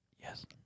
Yes